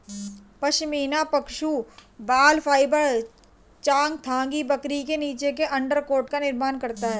पश्मीना पशु बाल फाइबर चांगथांगी बकरी के नीचे के अंडरकोट का निर्माण करता है